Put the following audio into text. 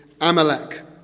Amalek